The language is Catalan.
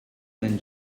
nen